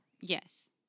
Yes